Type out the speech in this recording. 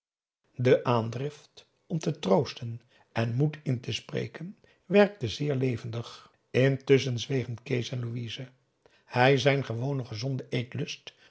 de aandrift om te troosten en moed in te spreken werkte zeer levendig intusschen zwegen kees en louise hij zijn gewonen gezonden eetlust